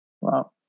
Wow